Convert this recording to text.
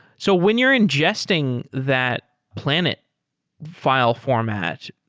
so when you're ingesting that planet file format,